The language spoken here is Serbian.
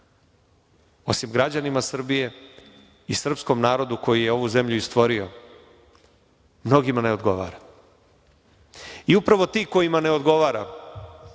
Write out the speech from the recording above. osim građanima Srbije i srpskom narodu koji je ovu zemlju stvorio, mnogima ne odgovara. Upravo ti kojima ne odgovara,